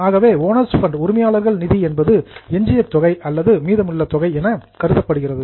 ஆகவே owners fund உரிமையாளர்கள் நிதி என்பது எஞ்சிய தொகை அல்லது மீதமுள்ள தொகை என கருதப்படுகிறது